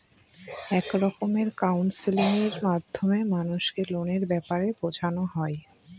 এক রকমের কাউন্সেলিং এর মাধ্যমে মানুষকে লোনের ব্যাপারে বোঝানো হয়